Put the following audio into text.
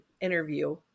interview